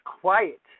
quiet